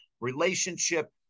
relationship